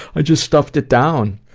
i just stuffed it down.